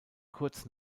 kurz